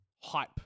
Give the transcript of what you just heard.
hype